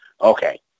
okay